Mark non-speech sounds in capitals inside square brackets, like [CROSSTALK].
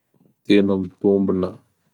[NOISE] Tena [NOISE] mitombona! [NOISE]